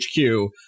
HQ